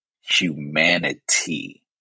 humanity